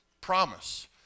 Promise